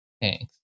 Thanks